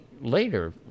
later